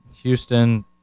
Houston